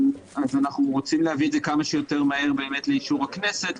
אנחנו רוצים להביא את זה כמה שיותר מהר לאישור הכנסת,